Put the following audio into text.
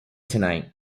tonight